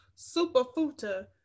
Superfuta